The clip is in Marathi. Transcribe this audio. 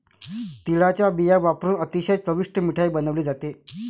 तिळाचा बिया वापरुन अतिशय चविष्ट मिठाई बनवली जाते